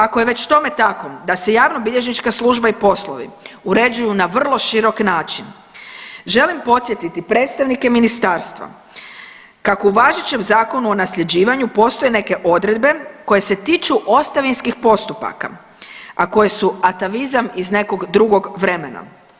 Ako je već tome tako da se javnobilježnička služba i poslovi uređuju na vrlo širok način želim podsjetiti predstavnike ministarstva kako u važećem Zakonu o nasljeđivanju postoje neke odredbe koje se tiču ostavinskih postupaka, a koje su atavizam iz nekog drugog vremena.